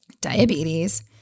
diabetes